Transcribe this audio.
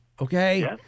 Okay